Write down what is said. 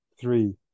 three